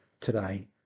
today